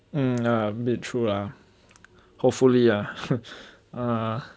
um ya a bit true lah hopefully ah